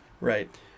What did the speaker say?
Right